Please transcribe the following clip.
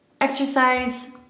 Exercise